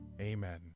Amen